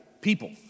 people